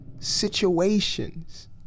situations